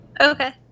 okay